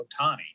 Otani